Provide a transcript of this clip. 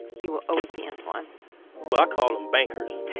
he will always be antwan well, i call him bankers,